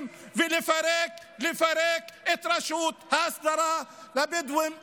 ולפרק את רשות ההסדרה לבדואים בנגב.